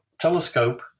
telescope